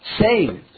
saved